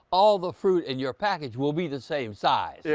all the fruit in your package will be the same size. yeah